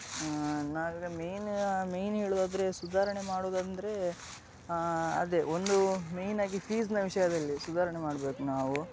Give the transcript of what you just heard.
ನಾನೀಗ main main ಹೇಳುವುದಾದ್ರೆ ಸುಧಾರಣೆ ಮಾಡುವುದೆಂದ್ರೆ ಅದೇ ಒಂದು ಮೇಯ್ನಾಗಿ ಫೀಸ್ನ ವಿಷಯದಲ್ಲಿ ಸುಧಾರಣೆ ಮಾಡ್ಬೇಕು ನಾವು